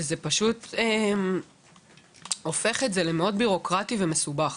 שהפכו את הסיפור הזה למאוד בירוקרטי ומסובך.